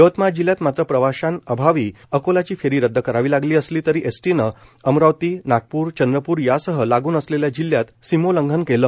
यवतमाळ जिल्ह्यात मात्र प्रवाशांअभावी अकोलाची फेरी रद्द करावी लागली असली तरी एसटीनं अमरावती नागपूर चंद्रपूर यासह लागून असलेल्या जिल्ह्यात सीमोल्लंघन केलं